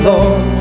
Lord